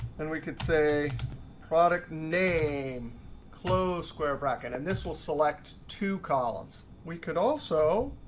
and we could say product name close square bracket. and this will select two columns. we could also,